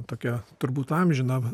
tokią turbūt amžiną